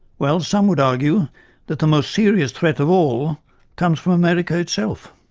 well, some would argue that the most serious threat of all comes from america itself.